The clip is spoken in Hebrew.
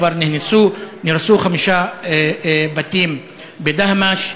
כבר נהרסו חמישה בתים בדהמש,